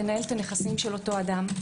לנהל את הנכסים של אותו אדם.